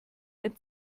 ein